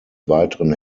weiteren